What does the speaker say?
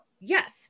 yes